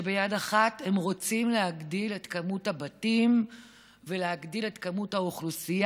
שביד אחת הם רוצים להגדיל את מספר הבתים ולהגדיל את האוכלוסייה,